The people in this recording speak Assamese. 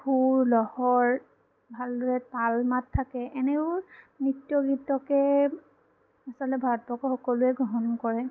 সুৰ লহৰ ভাল দৰে তাল মাত থাকে এনেবোৰ নৃৃত্য গীতকে আচলতে ভাৰতবৰ্ষত সকলোৱে গ্ৰহণ কৰে